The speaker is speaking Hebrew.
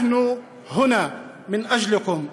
אנחנו פה למענכם,